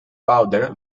powder